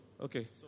okay